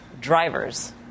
drivers